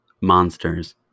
Monsters